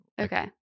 Okay